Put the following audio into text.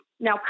now